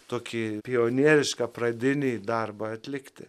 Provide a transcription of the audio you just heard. tokį pionierišką pradinį darbą atlikti